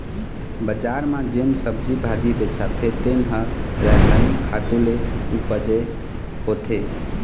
बजार म जेन सब्जी भाजी बेचाथे तेन ह रसायनिक खातू ले उपजे होथे